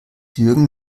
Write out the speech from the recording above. jürgen